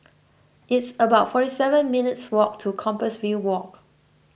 it's about forty seven minutes' walk to Compassvale Walk